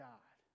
God